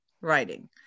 writing